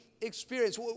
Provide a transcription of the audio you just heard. experience